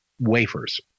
wafers